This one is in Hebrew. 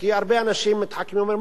כי הרבה אנשים מתחכמים ואומרים,